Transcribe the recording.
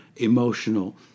emotional